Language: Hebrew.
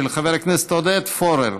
של חבר הכנסת עודד פורר.